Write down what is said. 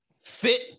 Fit